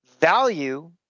value